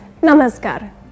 Namaskar